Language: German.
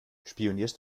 spionierst